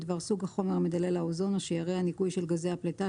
בדבר סוג החומר מדלל האוזון או שיירי הניקוי של גזי הפליטה